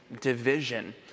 division